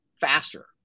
faster